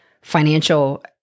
financial